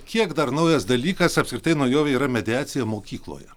kiek dar naujas dalykas apskritai naujovė yra mediacija mokykloje